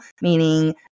meaning